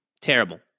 terrible